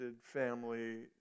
family